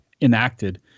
enacted